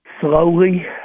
slowly